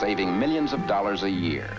saving millions of dollars a year